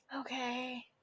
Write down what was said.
Okay